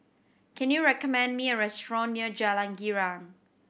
can you recommend me a restaurant near Jalan Girang